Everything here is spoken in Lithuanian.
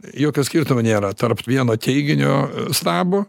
jokio skirtumo nėra tarp vieno teiginio stabo